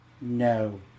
No